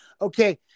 okay